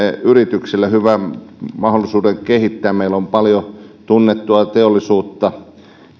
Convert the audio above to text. yrityksille hyvän mahdollisuuden kehittää meillä on paljon tunnettua teollisuutta